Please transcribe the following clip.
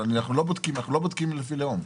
אבל אנחנו לא בודקים לפי לאום.